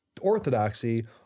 Orthodoxy